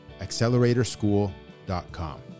acceleratorschool.com